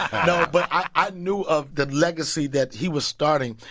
no, but i knew of the legacy that he was starting.